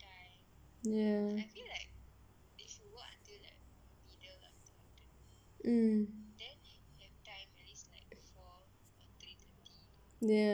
ya mm ya ya